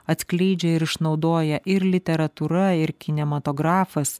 atskleidžia ir išnaudoja ir literatūra ir kinematografas